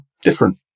different